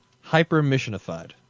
hyper-missionified